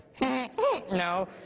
no